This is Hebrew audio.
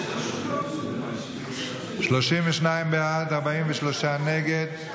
32 בעד, 43 נגד.